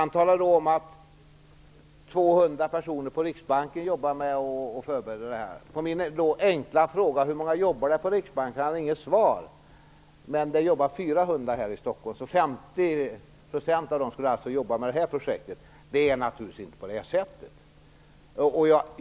Han talade då om att det är 200 personer på Riksbanken som jobbar med förberedelser för detta. På min enkla fråga hur många det jobbar på Riksbanken hade han inget svar. Men det jobbar 400 personer här i Stockholm, så 50 % av dem skulle alltså jobba med det här projektet. Det är naturligtvis inte på det sättet.